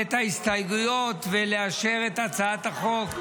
את ההסתייגויות ולאשר את הצעת החוק,